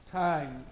time